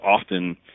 often